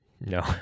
no